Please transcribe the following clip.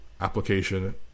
application